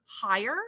higher